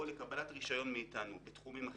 או לקבלת רישיון מאיתנו בתחומים אחרים,